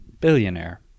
billionaire